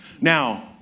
Now